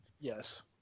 Yes